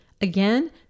Again